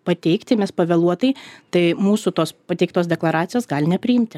pateikti mes pavėluotai tai mūsų tos pateiktos deklaracijos gali nepriimti